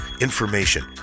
information